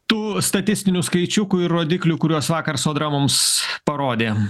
tų statistinių skaičiukų ir rodiklių kuriuos vakar sodra mums parodė